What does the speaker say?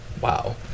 Wow